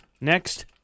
Next